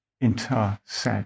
intersect